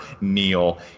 Neil